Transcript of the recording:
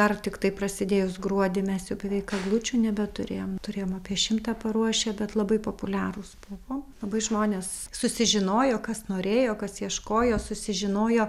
dar tiktai prasidėjus gruodį mes jau beveik eglučių nebeturėjom turėjom apie šimtą paruošę bet labai populiarūs buvo labai žmonės susižinojo kas norėjo kas ieškojo susižinojo